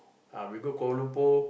ah we go Kuala Lumpur